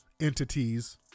entities